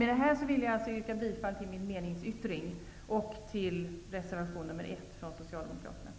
Med detta vill jag yrka bifall till min meningsyttring och till reservation 1 från Socialdemokraterna.